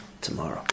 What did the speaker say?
tomorrow